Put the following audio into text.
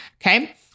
Okay